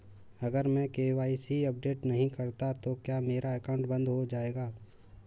अगर मैं KYC update नहीं करता तो क्या मेरा अकाउंट बंद हो जाएगा?